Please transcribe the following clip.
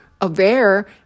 aware